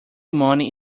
money